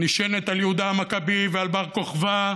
נשענת על יהודה המכבי ועל בר כוכבא.